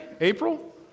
April